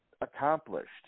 accomplished